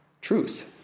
truth